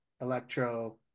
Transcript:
Electro